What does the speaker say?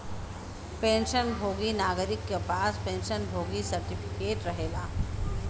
pension भोगी नागरिक क पास पेंशन भोगी सर्टिफिकेट रहेला